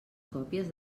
còpies